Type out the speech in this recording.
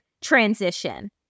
transition